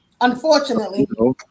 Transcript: Unfortunately